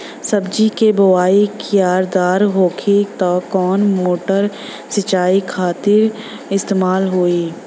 सब्जी के बोवाई क्यारी दार होखि त कवन मोटर सिंचाई खातिर इस्तेमाल होई?